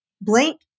blank